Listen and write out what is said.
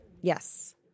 Yes